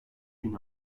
bin